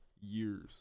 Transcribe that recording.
years